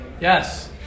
Yes